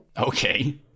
Okay